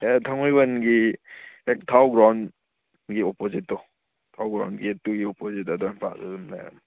ꯍꯦꯛ ꯊꯥꯡꯃꯩꯕꯟꯗꯒꯤ ꯍꯦꯛ ꯊꯥꯎ ꯒ꯭ꯔꯥꯎꯟꯒꯤ ꯑꯣꯄꯣꯖꯤꯠꯇꯣ ꯊꯥꯎ ꯒ꯭ꯔꯥꯎꯟ ꯒꯦꯠꯇꯨꯒꯤ ꯑꯣꯄꯣꯖꯤꯠ ꯑꯗꯨꯋꯥꯏ ꯃꯄꯥꯗꯨꯗ ꯑꯗꯨꯝ ꯂꯩꯔꯕꯅꯦ